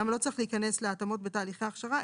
למה לא צריך להיכנס להתאמות בתהליכי הכשרה,